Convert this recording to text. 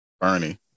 Bernie